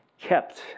kept